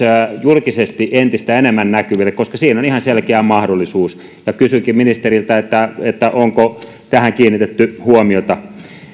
julkisesti entistä enemmän näkyville koska siinä on ihan selkeä mahdollisuus kysynkin ministeriltä onko tähän kiinnitetty huomiota toinen